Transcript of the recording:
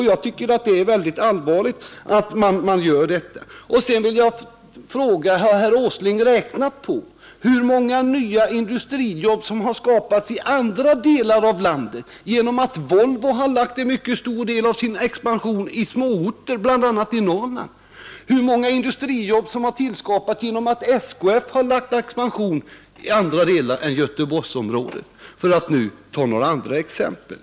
Jag tycker att det är allvarligt att man gör det. Jag vill fråga: Har herr Åsling räknat på hur många nya industrijobb som skapats i andra delar av landet genom att Volvo lagt en mycket stor del av sin expansion i småorter, bl.a. i Norrland, hur många industrijobb som skapats genom att SKF har lagt sin expansion till andra delar än Göteborgsområdet, för att nu ta några andra exempel?